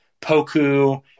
Poku